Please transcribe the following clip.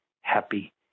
happy